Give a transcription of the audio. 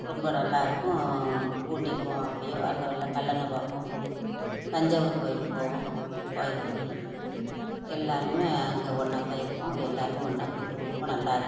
ரொம்ப நல்லாயிருக்கும் பூண்டிக்கு போவோம் அப்படியே வர வழியில் கல்லணை பார்ப்போம் தஞ்சாவூர் கோவிலுக்கு போவோம் கோவிலுக்கு போய் எல்லோருமே அங்கே ஒன்னாத்தான் இப்போம் எல்லோருமே ஒன்றா கூட்டுக்குடும்பமாக நல்லாயிருக்கும்